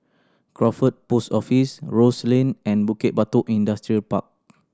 Crawford Post Office Rose Lane and Bukit Batok Industrial Park